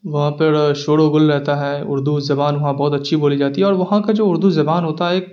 وہاں پر شور و غل رہتا ہے اردو زبان وہاں بہت اچھی بولی جاتی ہے اور وہاں کا جو اردو زبان ہوتا ہے ایک